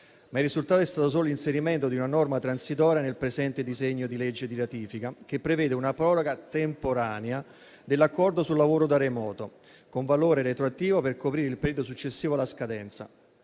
Ma il risultato è stato solo l'inserimento di una norma transitoria nel presente disegno di legge di ratifica, che prevede una proroga temporanea dell'Accordo sul lavoro da remoto con valore retroattivo per coprire il periodo successivo alla scadenza.